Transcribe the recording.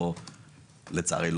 לצערי,